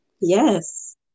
Yes